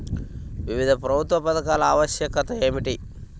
వివిధ ప్రభుత్వా పథకాల ఆవశ్యకత ఏమిటి?